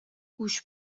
گوش